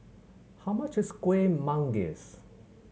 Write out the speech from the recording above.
how much is Kuih Manggis